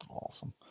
Awesome